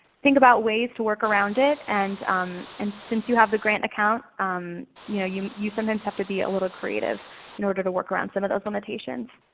think about ways to work around it and um and since you have the grant account you know you you sometimes have to be a little creative in order to work around some of those limitations.